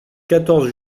quatorze